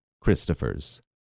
Christopher's